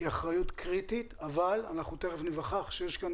זאת אחריות קריטית אבל תכף ניווכח שיש כאן